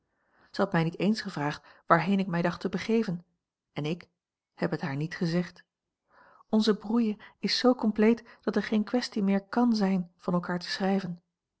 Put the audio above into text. had mij niet eens gevraagd waarheen ik mij dacht te begeven en ik heb het haar niet gezegd onze brouille is z compleet dat er geene kwestie meer kàn zijn van elkaar te schrijven